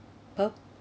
pur~